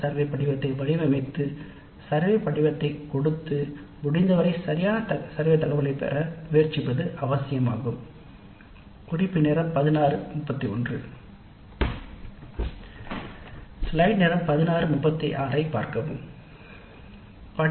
எனவே இவ்வகை சிக்கல்களை கருத்தில் கொண்டு பாடநெறியின் எக்ஸிக்ஸ் ஆகவே சரியான முறையில் திட்டமிட்டு தயாரிக்கப்பட வேண்டும் மற்றும் தரமான சர்வே டேட்டாவை பெற முயற்சிக்க வேண்டும்